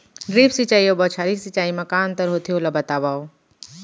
Drip सिंचाई अऊ बौछारी सिंचाई मा का अंतर होथे, ओला बतावव?